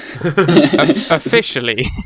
Officially